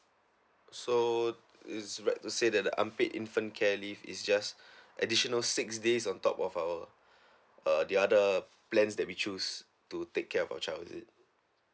so is right to say that unpaid infant care leave is just additional six days on top of our uh the other plans that we choose to take care of our child is it